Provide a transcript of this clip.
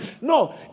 No